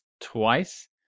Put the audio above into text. twice